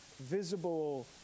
visible